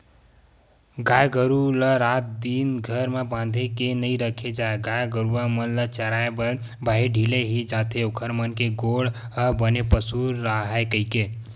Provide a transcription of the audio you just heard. गाय गरु ल रात दिन घर म बांध के नइ रखे जाय गाय गरुवा मन ल चराए बर बाहिर ढिले ही जाथे ओखर मन के गोड़ ह बने पसुल राहय कहिके